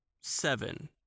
seven